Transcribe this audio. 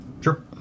Sure